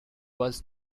was